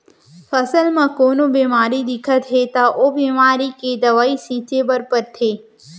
फसल म कोनो बेमारी दिखत हे त ओ बेमारी के दवई छिंचे बर परथे